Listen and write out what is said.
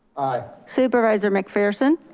aye. supervisor mcpherson.